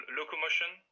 locomotion